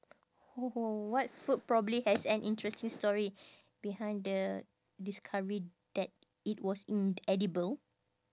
what food probably has an interesting story behind the discovery that it was ind~ edible